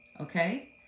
Okay